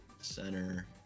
center